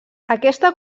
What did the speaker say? aquesta